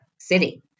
city